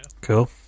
Cool